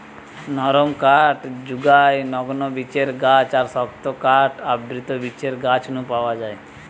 নরম কাঠ জুগায় নগ্নবীজের গাছ আর শক্ত কাঠ আবৃতবীজের গাছ নু পাওয়া যায়